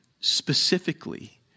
specifically